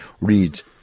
read